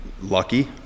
Lucky